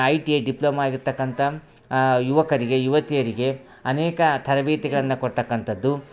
I T I diploma ಆಗಿರ್ತಕ್ಕಂಥ ಯುವಕರಿಗೆ ಯುವತಿಯರಿಗೆ ಅನೇಕ ತರಬೇತಿಗಳನ್ನು ಕೊಡ್ತಕ್ಕಂಥದ್ದು